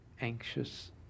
anxious